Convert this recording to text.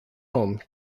home